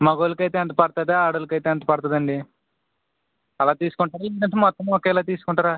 మగ వాళ్ళకి అయితే ఎంత పడుతుంది ఆడ వాళ్ళకి అయితే ఎంత పడుతుందండి అలా తీసుకుంటారా లేదంటే మొత్తం ఒకేలా తీసుకుంటారా